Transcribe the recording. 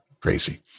crazy